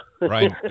right